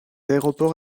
aéroport